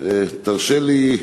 תרשה לי,